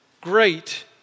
Great